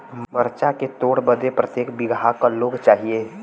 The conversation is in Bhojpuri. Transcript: मरचा के तोड़ बदे प्रत्येक बिगहा क लोग चाहिए?